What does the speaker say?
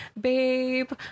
Babe